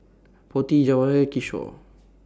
Potti Jawaharlal Kishore